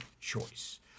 choice